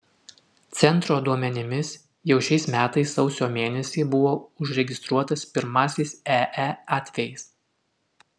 centro duomenimis jau šiais metais sausio mėnesį buvo užregistruotas pirmasis ee atvejis